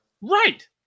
Right